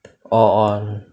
orh orh